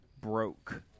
broke